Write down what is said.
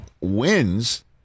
wins